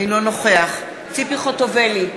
אינו נוכח ציפי חוטובלי,